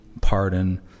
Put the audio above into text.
pardon